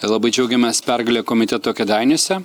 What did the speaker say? labai džiaugiamės pergale komiteto kėdainiuose